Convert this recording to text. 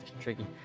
tricky